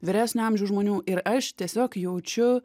vyresnio amžiaus žmonių ir aš tiesiog jaučiu